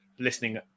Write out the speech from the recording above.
listening